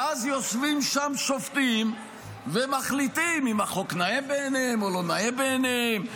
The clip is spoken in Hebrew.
ואז יושבים שם שופטים ומחליטים אם החוק נאה בעיניהם או לא נאה בעיניהם,